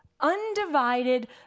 undivided